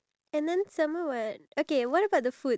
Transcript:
you had that ya